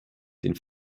den